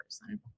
person